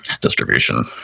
distribution